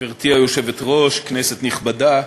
היושבת-ראש, כנסת נכבדה,